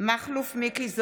מכלוף מיקי זוהר,